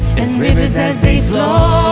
and rivers as they flow,